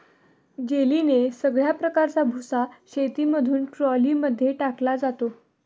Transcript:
जेलीने सगळ्या प्रकारचा भुसा शेतामधून ट्रॉली मध्ये टाकला जातो